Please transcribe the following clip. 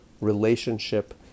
relationship